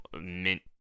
mint